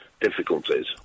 difficulties